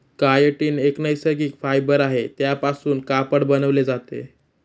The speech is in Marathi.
कायटीन एक नैसर्गिक फायबर आहे त्यापासून कापड बनवले जाते